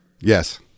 Yes